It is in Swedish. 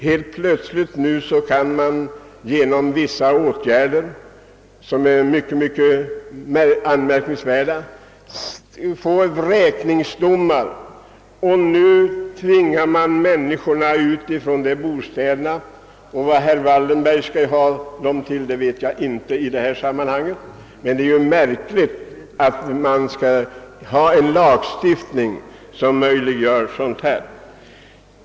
Helt plötsligt kan man nu genom vissa anmärkningsvärda åtgärder få vräkningsdomar, och man tvingar människorna ut från deras bostäder. Vad herr Wallenberg skall ha dem till vet jag inte. Det är märkligt att vi har en lagstiftning som möjliggör sådant.